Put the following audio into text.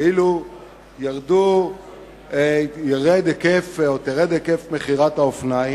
כאילו ירד היקף מכירת האופניים.